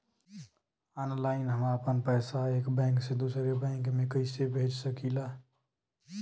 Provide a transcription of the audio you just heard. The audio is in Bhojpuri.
ऑनलाइन हम आपन पैसा एक बैंक से दूसरे बैंक में कईसे भेज सकीला?